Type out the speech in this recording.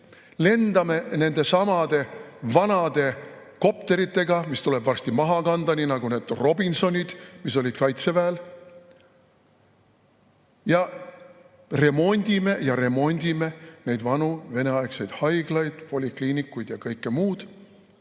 lendame nendesamade vanade kopteritega, mis tuleb varsti maha kanda, nii nagu need Robinsonid, mis olid Kaitseväel, ja remondime ja remondime neid vanu veneaegseid haiglaid, polikliinikuid ja kõike muud,